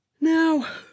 now